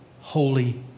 holy